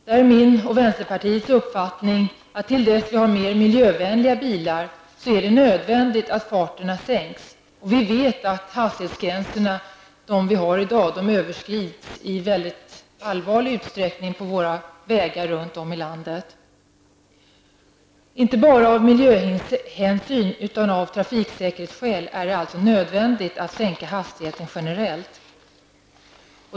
Det är min och vänsterpartiets uppfattning att det, till dess att vi har mer miljövänliga bilar, är nödvändigt att farterna sänks. Vi vet att de hastighetsgränser som vi har i dag överskrids i väldig stor utsträckning på våra vägar runt om i landet. Inte bara av miljöhänsyn utan även av trafiksäkerhetsskäl är det alltså nödvändigt att sänka hastigheten generellt.